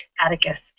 Atticus